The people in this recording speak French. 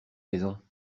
maison